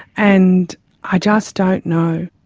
and i just don't know.